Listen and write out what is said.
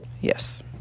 Yes